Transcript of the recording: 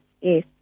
yes